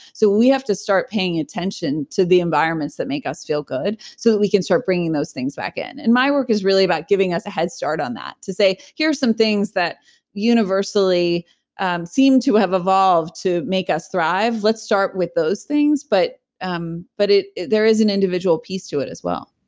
so we have to start paying attention to the environments that make us feel good. so we can start bringing those things back in and my work is really about giving us a head start on that, to say, here's some things that universally seem to have evolved to make us thrive. let's start with those things but um but there is an individual peace to it as well